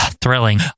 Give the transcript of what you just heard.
Thrilling